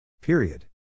Period